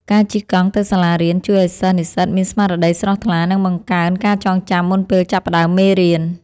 ការជិះកង់ទៅសាលារៀន ជួយឱ្យសិស្សនិស្សិតមានស្មារតីស្រស់ថ្លា និងបង្កើនការចងចាំមុនពេលចាប់ផ្ដើមមេរៀន។